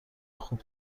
خوب